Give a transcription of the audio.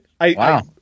Wow